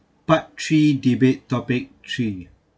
part three debate topic three